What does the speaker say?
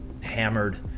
hammered